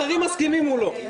אחרים מסכימים, הוא לא.